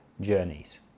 journeys